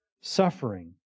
suffering